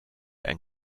ein